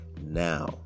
now